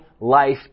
life